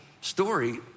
story